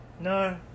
No